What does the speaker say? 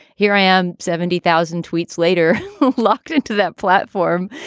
here i am, seventy thousand tweets later locked into that flat form.